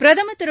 பிரதமர் திரு